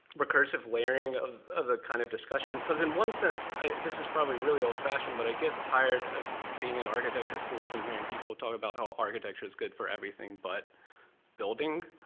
recursive layering of of the kind of discussion. because in one sense this is probably really old fashioned, but i get tired of being at architecture schools and hearing people talk about how architecture is good for everything but building.